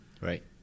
Right